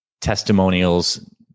testimonials